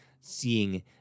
seeing